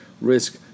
risk